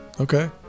Okay